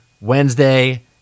Wednesday